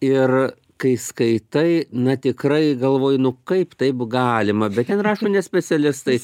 ir kai skaitai na tikrai galvoji nu kaip taip galima bet ten rašo ne specialistai